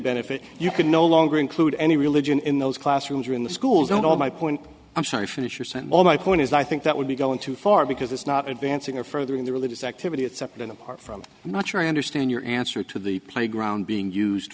benefit you can no longer include any religion in those classrooms or in the schools oh no my point i'm sorry finish your sentence all my point is i think that would be going too far because it's not advancing or furthering the religious activity it separate and apart from i'm not sure i understand your answer to the playground being used